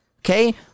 Okay